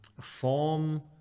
form